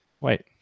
Wait